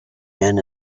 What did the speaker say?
men